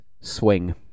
swing